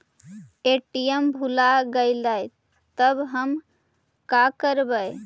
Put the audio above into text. ATM भुला गेलय तब हम काकरवय?